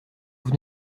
vous